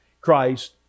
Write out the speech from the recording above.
Christ